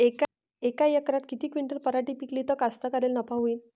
यका एकरात किती क्विंटल पराटी पिकली त कास्तकाराइले नफा होईन?